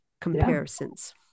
comparisons